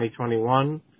2021